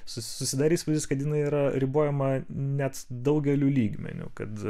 susidarė įspūdis kad jinai yra ribojama net daugeliu lygmeniu kad